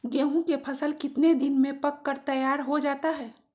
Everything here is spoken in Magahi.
गेंहू के फसल कितने दिन में पक कर तैयार हो जाता है